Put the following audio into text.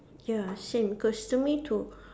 ya same cause to me to